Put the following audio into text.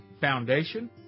Foundation